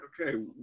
okay